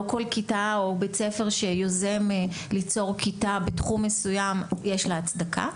לא כל כיתה או בית ספר שיוזם ליצור כיתה בתחום מסוים יש לה הצדקה.